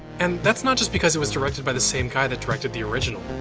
and that's not just because it was directed by the same guy that directed the original.